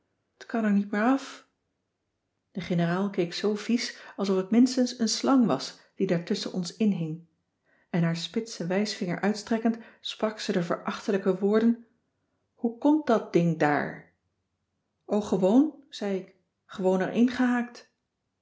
er niet meer af de generaal keek zoo vies alsof het minstens een slang was die daar tusschen ons inhing en haar spitsen wijsvinger uitstrekkend sprak ze de verachtelijke woorden hoe komt dat ding daar o gewoon zei ik gewoon